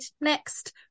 Next